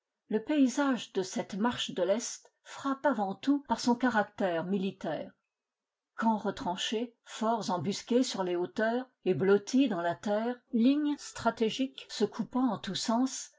le paysage de cette marche de l'est frappe avant tout par son caractère militaire camps retranchés forts embusqués sur les hauteurs et blottis dans la terre lignes stratégiques se coupant en tout sens